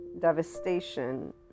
devastation